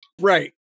right